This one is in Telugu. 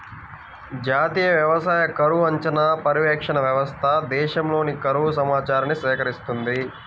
జాతీయ వ్యవసాయ కరువు అంచనా, పర్యవేక్షణ వ్యవస్థ దేశంలోని కరువు సమాచారాన్ని సేకరిస్తుంది